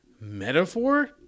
metaphor